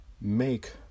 make